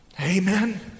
Amen